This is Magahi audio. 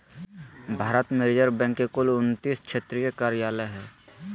भारत में रिज़र्व बैंक के कुल उन्तीस क्षेत्रीय कार्यालय हइ